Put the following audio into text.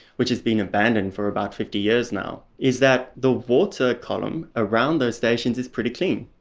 which has been abandoned for about fifty years now, is that the water column around those stations is pretty clean.